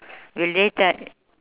you